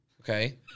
Okay